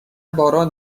باران